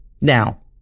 Now